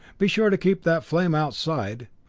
be sure to keep that flame outside.